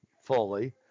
fully